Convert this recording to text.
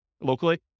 locally